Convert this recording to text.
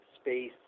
space